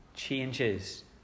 changes